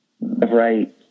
right